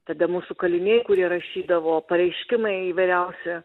tada mūsų kaliniai kurie rašydavo pareiškimai įvairiausi